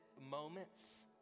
moments